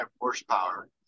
horsepower